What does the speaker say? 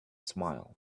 smile